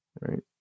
Right